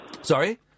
Sorry